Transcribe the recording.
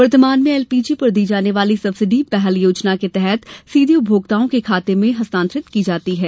वर्तमान में एलपीजी पर दी जाने वाली सब्सिडी पहल योजना के तहत सीधे उपभोक्ताओं के खाते में हस्तांरित की जाती है